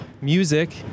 Music